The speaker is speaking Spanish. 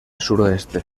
suroeste